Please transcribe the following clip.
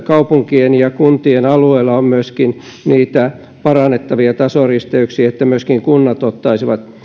kaupunkien ja kuntien alueella on niitä parannettavia tasoristeyksiä että kunnat ottaisivat